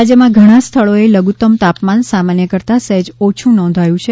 રાજ્યમાં ઘણા સ્થળોએ લધુત્તમ તાપમાન સામાન્ય કરતાં સહેજ ઓછું નોંધાયું છે